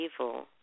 evil